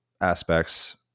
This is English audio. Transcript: aspects